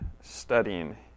studying